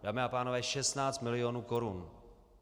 Dámy a pánové, 16 milionů korun!